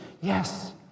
Yes